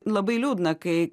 labai liūdna kai